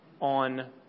on